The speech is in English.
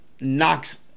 knocks